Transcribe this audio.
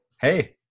Hey